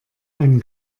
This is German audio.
einen